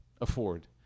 afford